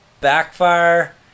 backfire